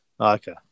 Okay